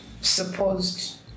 supposed